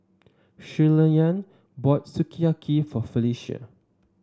Shirleyann bought Sukiyaki for Felecia